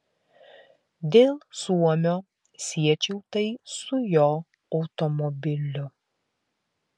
dėl suomio siečiau tai su jo automobiliu